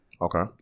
Okay